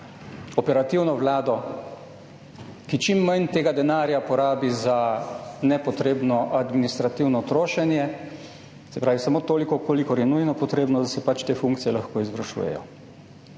operativno Vlado, ki čim manj tega denarja porabi za nepotrebno administrativno trošenje, se pravi samo toliko, kolikor je nujno potrebno, da se pač te funkcije lahko izvršujejo